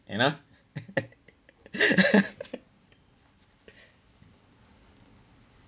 you know